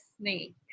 snake